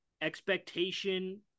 Expectation